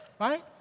Right